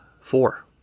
Four